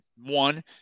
One